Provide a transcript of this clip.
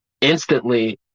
instantly